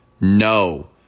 No